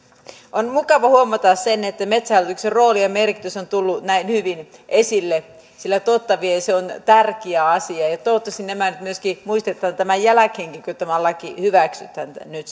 on mukava huomata se että metsähallituksen rooli ja merkitys on tullut näin hyvin esille sillä totta vie se on tärkeä asia ja ja toivottavasti nämä muistettaisiin tämän jälkeenkin kun tämä laki nyt